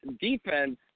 defense